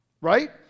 right